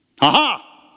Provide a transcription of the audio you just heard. Aha